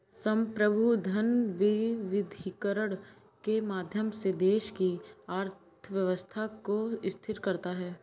संप्रभु धन विविधीकरण के माध्यम से देश की अर्थव्यवस्था को स्थिर करता है